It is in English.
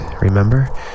Remember